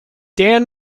dan